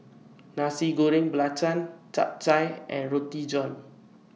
Nasi Goreng Belacan Chap Chai and Roti John